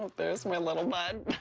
there's my little bud.